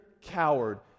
coward